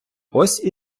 ось